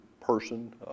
person